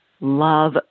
Love